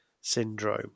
syndrome